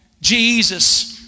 Jesus